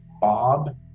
bob